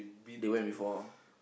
they went before